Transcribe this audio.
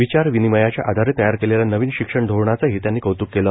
विचार विनिमयाच्या आधारे तयार केलेल्या नवीन शिक्षण धोरणाचही त्यांनी कौतूक केलं